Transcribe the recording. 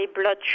blood